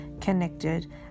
connected